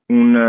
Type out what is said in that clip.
un